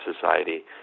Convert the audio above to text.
Society